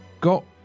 got